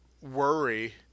worry